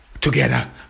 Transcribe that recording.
together